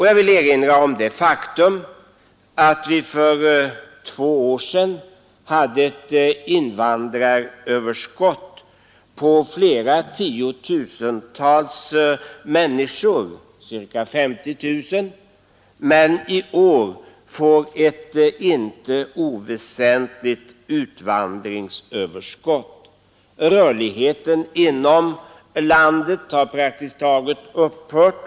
Jag vill erinra om det faktum att vi för två år sedan hade ett invandringsöverskott på ca 50 000 människor men att vi i år får ett inte oväsentligt utvandringsöverskott. Rörligheten inom landet har också praktiskt taget upphört.